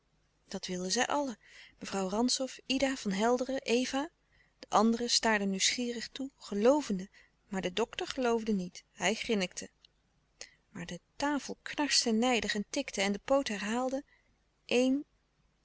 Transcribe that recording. dat wilden zij allen mevrouw rantzow ida van helderen eva de anderen staarden nieuwsgierig toe geloovende maar de dokter geloofde niet hij grinnikte maar de tafel knarste nijdig en tikte en de poot herhaalde